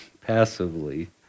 passively